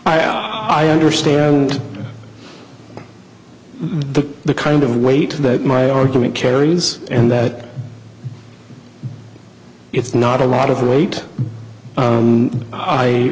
am i understand the the kind of weight that my argument carries and that it's not a lot of weight